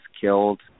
killed